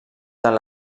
tant